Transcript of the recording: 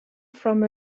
from